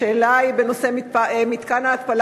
השאלה היא בנושא מתקן ההתפלה